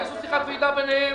יעשו שיחת ועידה ביניהם,